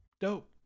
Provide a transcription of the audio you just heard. Dope